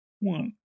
one